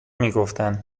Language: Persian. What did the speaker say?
میگفتن